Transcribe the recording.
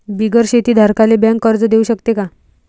बिगर शेती धारकाले बँक कर्ज देऊ शकते का?